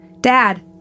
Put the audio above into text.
Dad